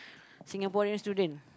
Singaporean student